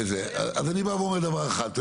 אז אני בא ואומר דבר אחד.